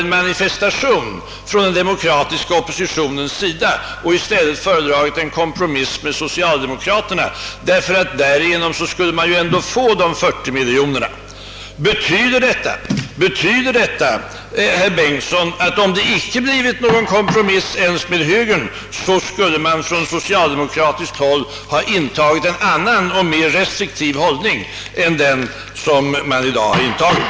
en manifestation från den demokratiska oppositionens sida och i stället föredragit en kompromiss med socialdemokraterna, därför att: man därigenom ändå skulle få 40 miljoner. Betyder detta, herr Bengtsson, att socialdemokraterna, om det inte blivit någon kompromiss ens med högern, skulle ha intagit en annan och mer restriktiv hållning än man nu gjort?